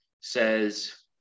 says